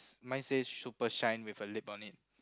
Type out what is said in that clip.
s~ mine said super shine with a lip on it